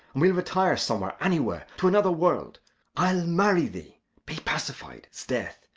we'll retire somewhere, anywhere, to another world i'll marry thee be pacified sdeath,